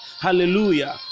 hallelujah